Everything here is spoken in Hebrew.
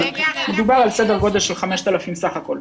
אבל מדובר על סדר גודל של 5,000 בסך הכל.